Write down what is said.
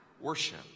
worship